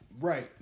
Right